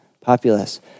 populace